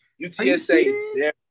UTSA